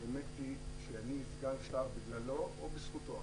האמת היא שאני סגן שר בגללו או בזכותו,